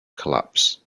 collapse